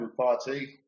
party